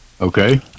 Okay